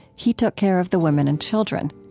he took care of the women and children.